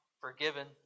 forgiven